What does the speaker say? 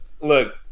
look